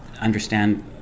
understand